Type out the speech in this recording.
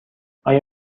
آیا